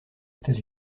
états